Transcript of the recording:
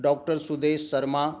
doctor सुदेशशर्मा